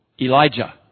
Elijah